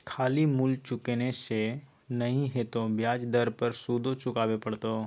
खाली मूल चुकेने से नहि हेतौ ब्याज दर पर सुदो चुकाबे पड़तौ